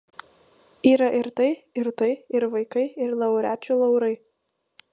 yra ir tai ir tai ir vaikai ir laureačių laurai